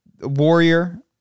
Warrior